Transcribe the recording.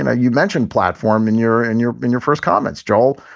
and you mentioned platform and your and your in your first comments, joel.